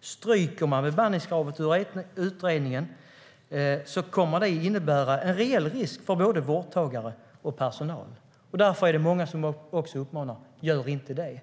Stryker man bemanningskravet ur utredningen kommer det att innebära en reell risk för både vårdtagare och personal. Därför är det också många som uppmanar: Gör inte det.